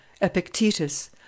epictetus